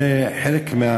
זה חלק,